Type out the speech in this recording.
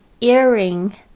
Earring